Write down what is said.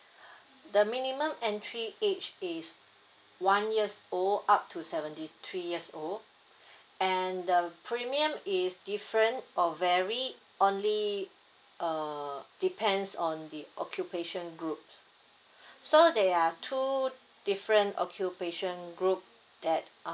the minimum entry age is one years old up to seventy three years old and the premium is different or vary only uh depends on the occupation group so there are two different occupation group that